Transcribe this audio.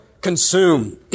consume